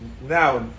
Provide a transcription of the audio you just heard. now